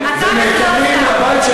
וגם לגבעת-עמל,